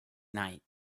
night